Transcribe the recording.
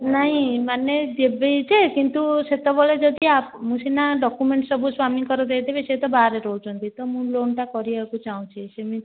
ନାହିଁ ମାନେ ଦେବି ଯେ କିନ୍ତୁ ସେତେବେଳେ ଯଦି ସିନା ଡକ୍ୟୁମେଣ୍ଟ ସବୁ ସ୍ୱାମୀଙ୍କର ଦେଇଦେବି ସେ ତ ବାହାରେ ରହୁଛନ୍ତି ତ ମୁଁ ଲୋନ୍ଟା କରିବାକୁ ଚାହୁଁଛି ସେମିତି